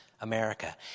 America